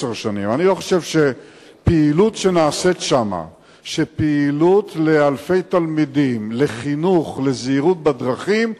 אני לא חושב שפעילות שנעשית שם לאלפי תלמידים לחינוך לזהירות בדרכים,